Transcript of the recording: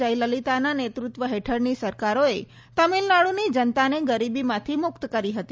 જયલલિતાના નેતૃત્વ હેઠળની સરકારોએ તમિલનાડુની જનતાને ગરીબીમાંથી મુક્ત કરી હતી